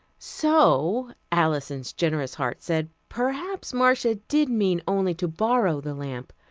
so, alison's generous heart said, perhaps marcia did mean only to borrow the lamp.